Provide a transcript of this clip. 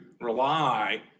rely